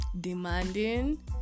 demanding